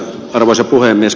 arvoisa puhemies